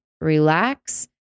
relax